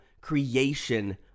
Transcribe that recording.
creation